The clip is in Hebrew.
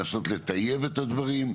לנסות לטייב את הדברים,